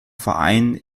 verein